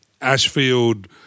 Ashfield